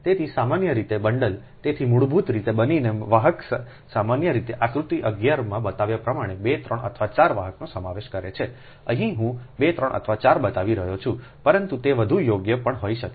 તેથી સામાન્ય રીતે બંડલતેથી મૂળભૂત રીતે બનીને વાહક સામાન્ય રીતે આકૃતિ 11 માં બતાવ્યા પ્રમાણે 2 3 અથવા 4 વાહકનો સમાવેશ કરે છે અહીં હું 2 3 અથવા 4 બતાવી રહ્યો છું પરંતુ તે વધુ યોગ્ય પણ હોઈ શકે